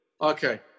Okay